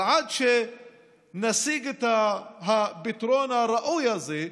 אבל עד שנשיג את הפתרון הראוי הזה,